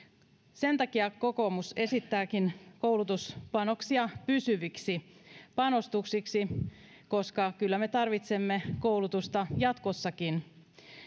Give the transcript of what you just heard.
sen takia kokoomus esittääkin koulutuspanoksia pysyviksi panostuksiksi kyllä me tarvitsemme koulutusta jatkossakin